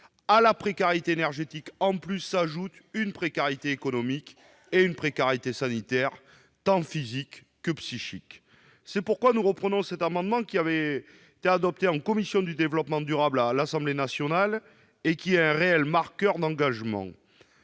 À la précarité énergétique s'ajoutent donc une précarité économique et une précarité sanitaire, tant physique que psychique. C'est pourquoi nous reprenons cet amendement, qui avait été adopté en commission du développement durable à l'Assemblée nationale, et qui est un réel marqueur d'engagement.